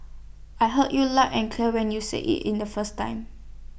I heard you loud and clear when you said IT in the first time